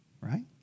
right